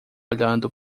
olhando